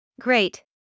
Great